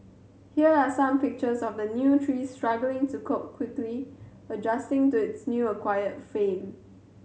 here are some pictures of the new tree struggling to cope quickly adjusting to its new acquired fame